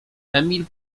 emil